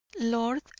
lord